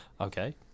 Okay